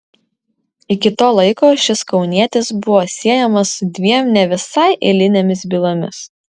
iki to laiko šis kaunietis buvo siejamas su dviem ne visai eilinėmis bylomis